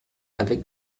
avec